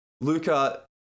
Luca